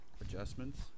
adjustments